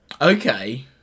Okay